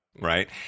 Right